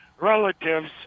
relatives